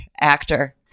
actor